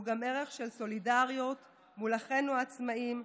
והוא גם ערך של סולידריות מול אחינו העצמאים,